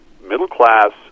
middle-class